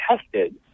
tested